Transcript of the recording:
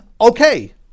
okay